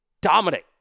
dominate